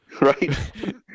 Right